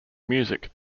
music